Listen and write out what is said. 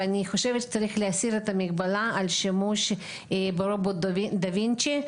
אני חושבת שצריך להסיר את המגבלה על שימוש ברובוט דה וינצ'י,